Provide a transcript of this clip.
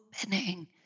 opening